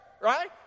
Right